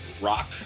rock